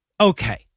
okay